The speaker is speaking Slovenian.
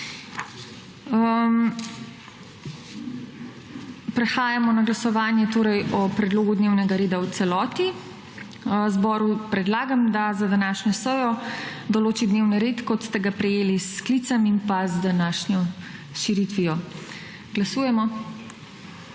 Prehajamo na glasovanje o predlogu dnevnega reda v celoti. Zboru predlagam, da za današnjo sejo določi dnevni red, kot ste ga prejeli s sklicem in sprejeto širitvijo. Glasujemo.